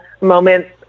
moments